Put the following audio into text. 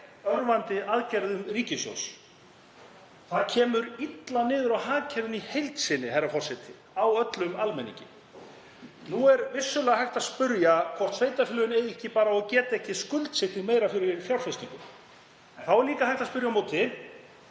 örvandi aðgerðum ríkissjóðs. Það kemur illa niður á hagkerfinu í heild sinni, herra forseti, á öllum almenningi. Nú er vissulega hægt að spyrja hvort sveitarfélögin eigi ekki bara og geti ekki skuldsett sig meira fyrir fjárfestingu. Þá er líka hægt að spyrja á móti: